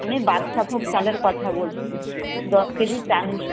আমি বাদশাভোগ চালের কথা বলছি দশ কেজি চাল